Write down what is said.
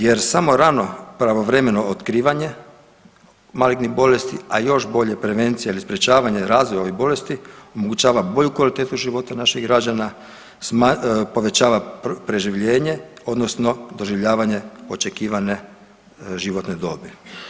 Jer samo rano pravovremeno otkrivanje malignih bolesti, ali još bolje prevencija i sprječavanje razvoja ovih bolesti omogućava bolju kvalitetu života naših građana, povećava preživljenje, odnosno doživljavanje očekivane životne dobi.